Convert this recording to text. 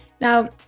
Now